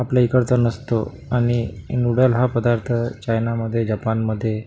आपल्या इकडचा नसतो आणि नूडल हा पदार्थ चायनामध्ये जापानमध्ये